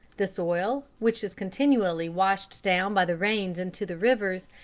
the soil, which is continually washed down by the rains into the rivers,